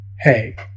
hey